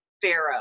Pharaoh